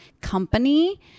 company